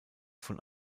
von